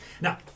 Now